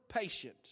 patient